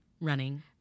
running